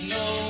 no